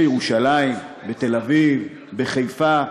בירושלים, בתל-אביב, בחיפה.